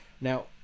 now